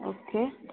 okay